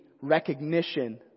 recognition